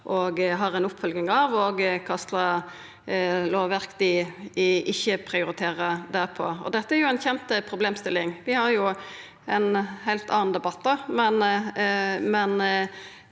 og har ei oppfølging av, og kva lovverk dei ikkje prioriterer. Dette er ei kjent problemstilling. Vi har òg ein heilt annan debatt